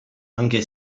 anche